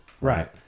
Right